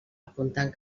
apuntant